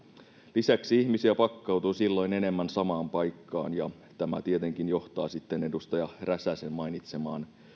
lisäksi ihmisiä pakkautuu silloin enemmän samaan paikkaan ja tämä tietenkin johtaa sitten edustaja räsäsen mainitsemaan